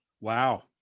Wow